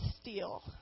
steel